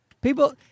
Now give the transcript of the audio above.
people